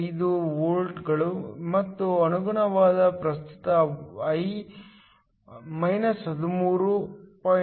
45 ವೋಲ್ಟ್ಗಳು ಮತ್ತು ಅನುಗುಣವಾದ ಪ್ರಸ್ತುತ I 13